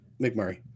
McMurray